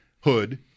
hood